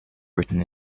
written